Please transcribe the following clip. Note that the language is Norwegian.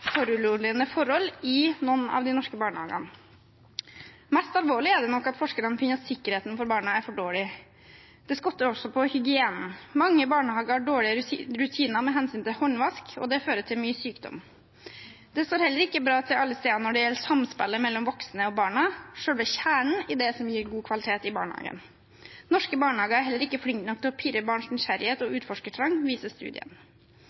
forhold i noen av de norske barnehagene. Mest alvorlig er det nok at forskerne finner at sikkerheten til barna er for dårlig. Det skorter også på hygienen. Mange barnehager har dårlige rutiner med hensyn til håndvask, og det fører til mye sykdom. Det står heller ikke bra til alle steder når det gjelder samspillet mellom de voksne og barna, selve kjernen i det som gir god kvalitet i barnehagen. Norske barnehager er heller ikke flinke nok til å pirre barns nysgjerrighet og utforskertrang, viser studien.